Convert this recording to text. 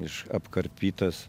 iš apkarpytas